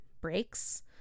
breaks